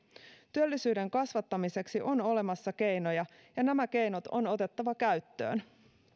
työllisyyden kasvattamiseksi on olemassa keinoja ja nämä keinot on otettava käyttöön